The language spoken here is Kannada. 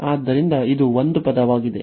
ಆದ್ದರಿಂದ ಇದು ಒಂದು ಪದವಾಗಿದೆ